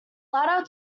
latter